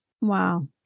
wow